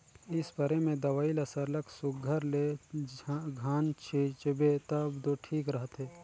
spray में दवई ल सरलग सुग्घर ले घन छींचबे तब दो ठीक रहथे